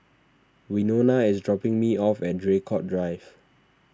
Wynona is dropping me off at Draycott Drive